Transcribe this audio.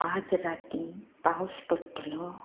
आयज रातीं पावस पडटलो